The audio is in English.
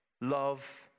love